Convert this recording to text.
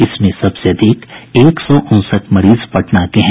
इसमें सबसे अधिक एक सौ उनसठ मरीज पटना के हैं